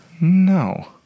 No